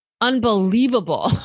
unbelievable